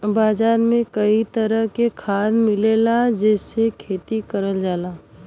बाजार में कई तरह के खाद मिलला जेसे खेती करल जाला